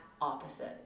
opposite